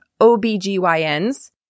OBGYNs